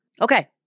Okay